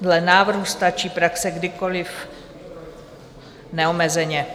Dle návrhu stačí praxe kdykoliv neomezeně.